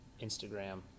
Instagram